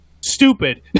stupid